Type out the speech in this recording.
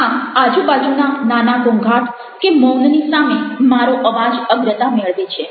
આમ આજુબાજુના નાના ઘોંઘાટ કે મૌનની સામે મારો અવાજ અગ્રતા મેળવે છે